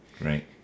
Right